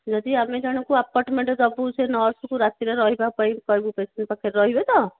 ଯଦି ଆମେ ଜଣଙ୍କୁ ଆପାର୍ଟ୍ମେଣ୍ଟ୍ ଦେବୁ ସେ ନର୍ସ୍କୁ ରାତିରେ ରହିବା ପାଇଁ କହିବୁ ପେସେଣ୍ଟ୍ ପାଖରେ ରହିବେ ତ